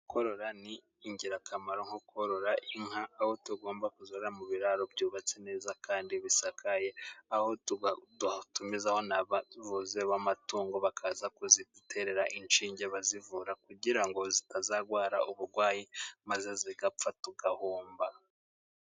Korora ni ingirakamaro nko korora inka, aho tugomba kuzororera mu biraro byubatse neza kandi bisakaye, aho dutumizaho n'abavuzi b'amatungo bakaza kuziduterera inshinge bazivura, kugira ngo zitazarwara uburwayi maze zigapfa tugahomba.